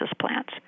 plants